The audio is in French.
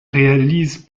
réalise